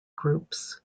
groups